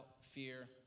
fear